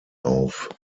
auf